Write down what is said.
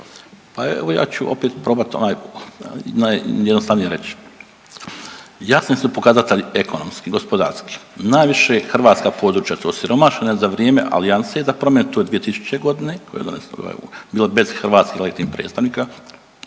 Pa evo ja ću opet probat onaj najjednostavnije reći. Jasan su pokazatelj ekonomski, gospodarski, najviše hrvatska područja su osiromašena za vrijeme alijanse da …/Govornik se ne razumije./… 2000. godine koje je donesla EU bilo bez hrvatskih legitimnih predstavnika,